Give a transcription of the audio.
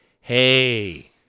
Hey